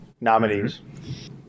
nominees